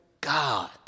God